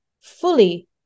fully